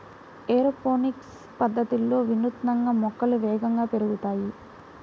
aeroponics పద్ధతిలో వినూత్నంగా మొక్కలు వేగంగా పెరుగుతాయి